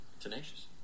Tenacious